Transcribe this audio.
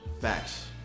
Facts